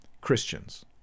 Christians